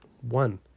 One